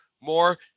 more